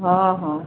ହଁ ହଁ